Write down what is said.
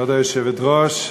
כבוד היושבת-ראש,